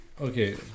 okay